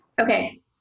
Okay